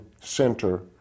center